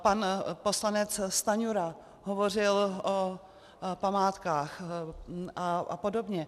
Pan poslanec Stanjura hovořil o památkách apod.